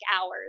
hours